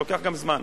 כי זה לוקח זמן.